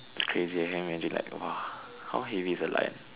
it's crazy can you imagine !wah! how heavy is a lion